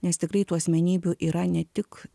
nes tikrai tų asmenybių yra ne tik